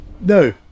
no